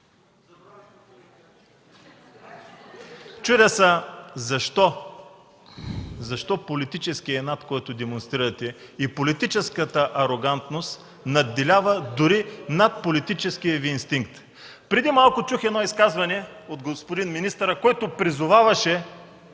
Чудя се защо политическият инат, който демонстрирате, и политическата арогантност надделяват дори над политическия Ви инстинкт?! Преди малко чух едно изказване от господин министъра, който призоваваше